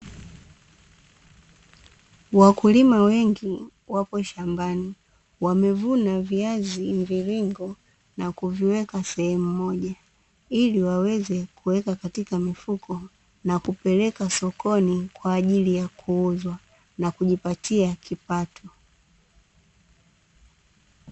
Wakulima wengi wapo shambani wamevuna viazi mviringo na kuviweka sehemu moja, ili waweze kuweka katika mifuko na kupeleka sokoni kwa ajili ya kuuzwa na kujipatia kipato.